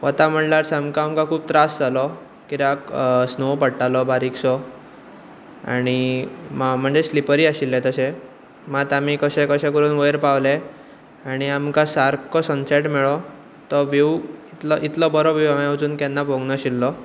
वता म्हणल्यार सामको आमकां खूब त्रास जालो कित्याक स्नो पडटालो बारीकसो आनी म्हणजें स्लिपरी आशिल्लें तशें मात आमी कशें कशें करून वयर पावले आनी आमकां सारको सनसेट मेळ्ळो तो व्यू इतलो बरो व्यू हांवें आजून केन्ना पोवूंक नाशिल्लो